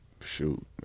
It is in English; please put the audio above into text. shoot